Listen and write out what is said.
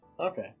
okay